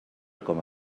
coma